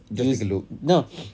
just take a look